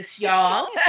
y'all